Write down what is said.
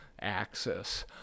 axis